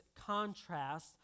contrast